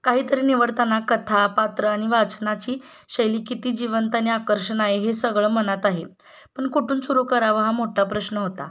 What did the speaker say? काहीतरी निवडताना कथा पात्र आणि वाचनाची शैली किती जिवंत आणि आकर्षण आहे हे सगळं मनात आहे पण कुठून सुरू करावं हा मोठा प्रश्न होता